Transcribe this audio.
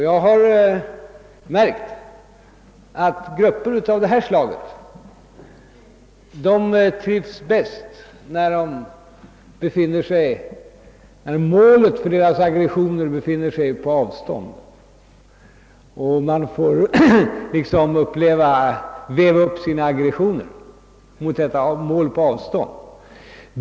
Jag har märkt att grupper av detta slag bäst trivs när målet för deras aggression befinner sig på avstånd; då får de liksom tillfälle att hetsa upp sig.